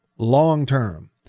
long-term